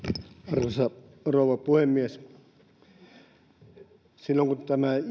arvoisa rouva puhemies silloin kun